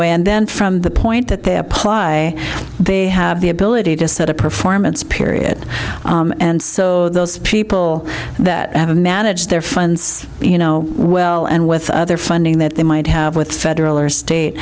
way and then from the point that they apply they have the ability to set a performance period and so those people that have a manage their funds you know well and with other funding that they might have with federal or